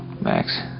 Max